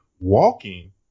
walking